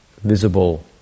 visible